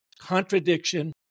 contradiction